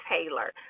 Taylor